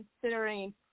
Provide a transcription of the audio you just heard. considering